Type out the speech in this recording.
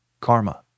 karma